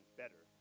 better